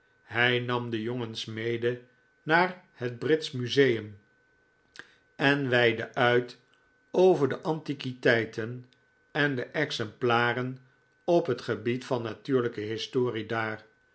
hij nam de jongens mede naar het british museum en weidde uit over de antiquiteiten en de exemplaren op het gebied van natuurlijke historie daar